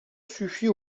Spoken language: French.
suffit